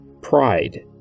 pride